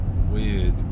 weird